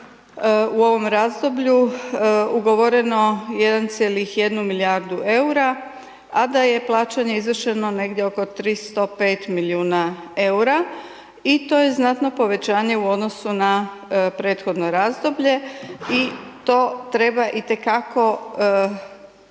u ovom razdoblju ugovoreno 1,1 milijardu EUR-a, a da je plaćanje izvršeno negdje oko 305 milijuna EUR-a i to je znatno povećanje u odnosu na prethodno razdoblje i to treba i te kako dobro